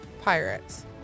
Pirates